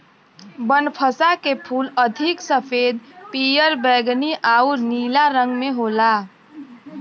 बनफशा के फूल अधिक सफ़ेद, पियर, बैगनी आउर नीला रंग में होला